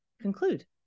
conclude